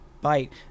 bite